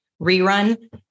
rerun